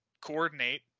coordinate